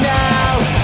now